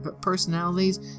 personalities